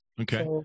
Okay